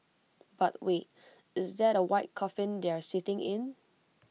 but wait is that A white coffin they are sitting in